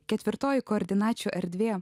ketvirtoji koordinačių erdvė